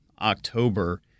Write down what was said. October –